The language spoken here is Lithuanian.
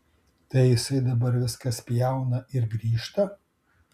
tai jisai dabar viską spjauna ir grįžta